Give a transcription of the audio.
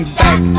back